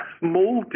small